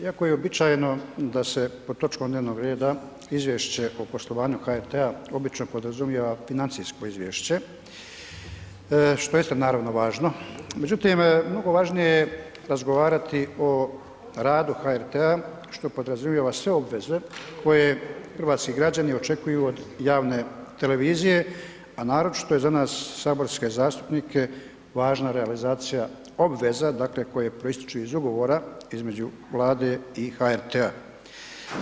Iako je uobičajeno da se pod točkom dnevnog reda Izvješće o poslovanju HRT-a obično podrazumijeva financijsko izvješće što je isto naravno važno, međutim mnogo važnije je razgovarati o radu HRT-a što podrazumijeva sve obveze koje hrvatski građani očekuju od javne televizije, a naročito je za nas saborske zastupnike važna realizacija obveza koje proističu iz ugovora između Vlade i HRT-a.